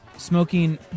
Smoking